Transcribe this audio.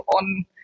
on